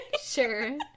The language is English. Sure